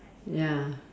ya